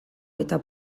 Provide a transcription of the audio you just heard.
eta